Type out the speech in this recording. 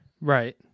Right